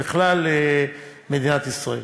בכלל במדינת ישראל.